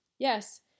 Yes